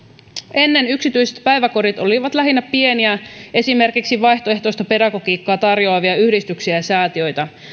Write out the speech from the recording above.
ennen yksityiset päiväkodit olivat lähinnä pieniä esimerkiksi vaihtoehtoista pedagogiikkaa tarjoavia yhdistyksiä ja säätiöitä